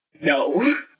no